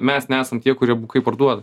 mes nesam tie kurie bukai parduoda